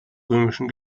römischen